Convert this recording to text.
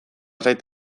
zait